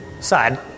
side